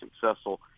successful